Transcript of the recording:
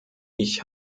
ich